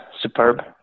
superb